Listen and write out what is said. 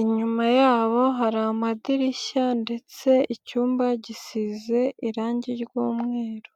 inyuma yabo hari amadirishya ndetse icyumba gisize irangi ry'umweru.